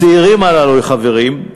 הצעירים הללו, חברים,